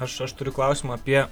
aš aš turiu klausimą apie